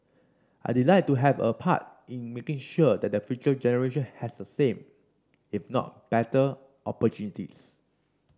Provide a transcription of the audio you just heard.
I'd like to have a part in making sure that the future generation has the same if not better opportunities